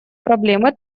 проблемы